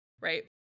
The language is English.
right